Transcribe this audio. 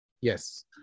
Yes